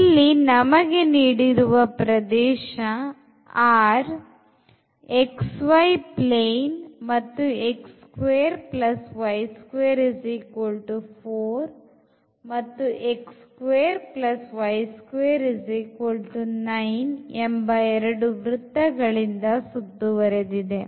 ಇಲ್ಲಿ ನಮಗೆ ನೀಡಿರುವ ಪ್ರದೇಶ R xy plane ಮತ್ತು ಮತ್ತು ಎರಡು ವೃತ್ತಗಳಿಂದ ಸುತ್ತುವರೆದಿದೆ